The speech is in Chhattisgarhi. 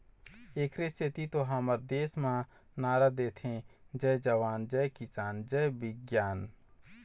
एखरे सेती तो हमर देस म नारा देथे जय जवान, जय किसान, जय बिग्यान